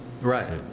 Right